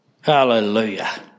Hallelujah